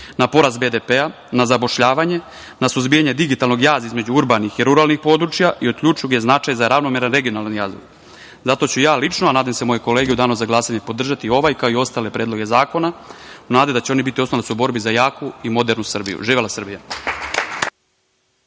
na porast BDP-a, na zapošljavanje, na suzbijanje digitalnog jaza između urbanih i ruralnih područja i od ključnog je značaja za ravnomeran regionalni razvoj. Zato ću ja lično, a nadam se i moje kolege, u danu za glasanje podržati ovaj, kao i ostale predloge zakona, u nadi da će oni biti oslonac u borbi za jaku i modernu Srbiju. Živela Srbija!